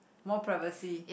more privacy